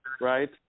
right